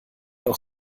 auch